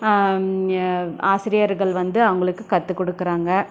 ஆசிரியர்கள் வந்து அவர்களுக்கு கற்று கொடுக்குறாங்க